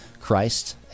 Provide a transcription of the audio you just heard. Christ